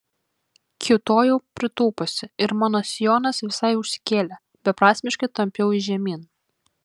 kiūtojau pritūpusi ir mano sijonas visai užsikėlė beprasmiškai tampiau jį žemyn